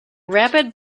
rapid